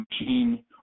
machine